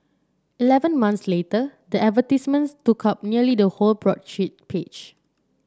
eleven months later the advertisements took up nearly the whole broadsheet page